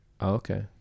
Okay